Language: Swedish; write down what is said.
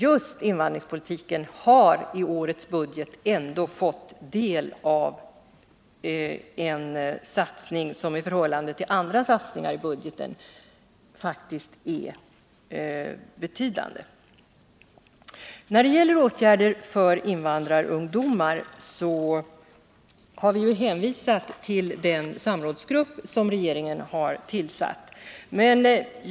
Just invandringspolitiken har i årets budget fått del av en satsning som i förhållande till andra satsningar i budgeten faktiskt är betydande. När det gäller åtgärder för invandrarungdomar har vi hänvisat till den samrådsgrupp som regeringen har tillsatt.